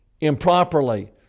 improperly